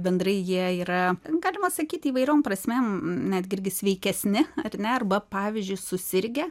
bendrai jie yra galima sakyti įvairiom prasmėm netgi irgi sveikesni ar ne arba pavyzdžiui susirgę